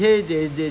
then they start